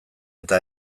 eta